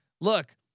Look